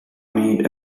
need